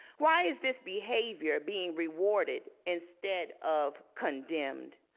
why is this behavior being rewarded instead of condemned?